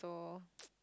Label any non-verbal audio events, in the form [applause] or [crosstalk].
so [noise]